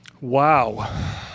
Wow